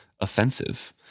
offensive